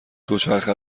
دوچرخه